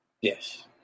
Yes